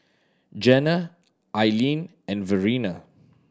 Janna Ailene and Verena